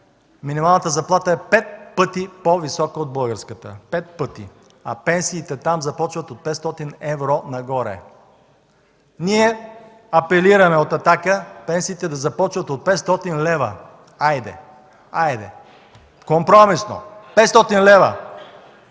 минималната заплата е пет пъти по-висока от българската! Пет пъти! А пенсиите там започват от 500 евро нагоре! Ние, от „Атака”, апелираме пенсиите да започват от 500 лв. Хайде, компромисно – 500 лв.!